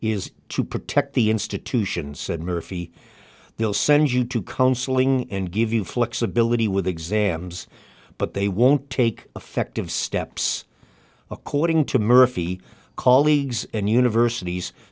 is to protect the institution said murphy they'll send you to counseling and give you flexibility with exams but they won't take effective steps according to murphy callie and universities